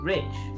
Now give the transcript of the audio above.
Rich